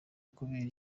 kubera